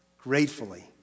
gratefully